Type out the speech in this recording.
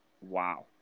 wow